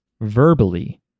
verbally